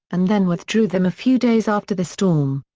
and then withdrew them a few days after the storm.